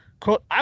Quote